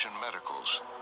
Medicals